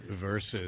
versus